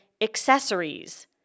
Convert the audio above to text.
accessories